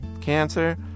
cancer